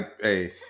hey